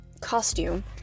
costume